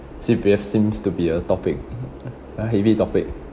C_P_F seems to be a topic a heavy topic